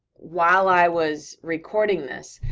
while i was recording this,